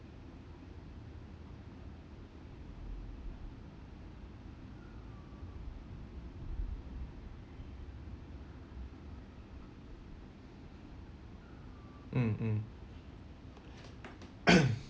mm mm